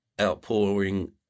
outpouring